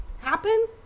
Happen